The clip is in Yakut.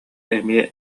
эмиэ